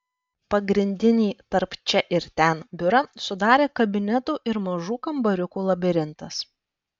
pagrindinį tarp čia ir ten biurą sudarė kabinetų ir mažų kambariukų labirintas